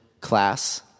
class